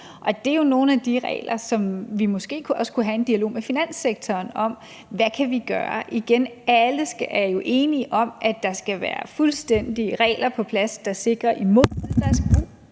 det er nogle af de regler, som vi måske også kunne have en dialog med finanssektoren om og drøfte, hvad vi kan gøre. Alle er jo enige om, at der skal være regler, der er fuldstændig på plads, der sikrer imod hvidvask, men